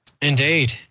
Indeed